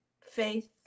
faith